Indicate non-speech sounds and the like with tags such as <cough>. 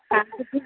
<unintelligible>